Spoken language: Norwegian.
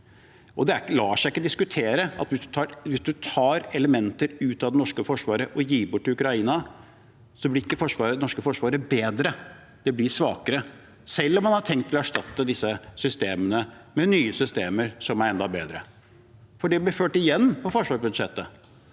Det lar seg ikke diskutere at hvis man tar elementer ut av det norske forsvaret og gir bort til Ukraina, blir ikke det norske forsvaret bedre. Det blir svakere, selv om man har tenkt å erstatte disse systemene med nye systemer som er enda bedre. Det blir ført på forsvarsbudsjettet